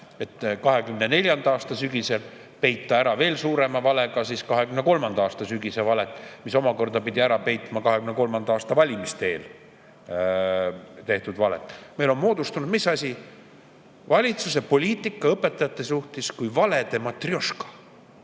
et 2024. aasta sügisel peita ära veel suurema valega 2023. aasta sügise valed, mis omakorda pidid ära peitma 2023. aasta valimiste eel tehtud valed. Meil on moodustunud mis asi? Valitsuse poliitika õpetajate suhtes kui valede matrjoška.